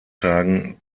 tagen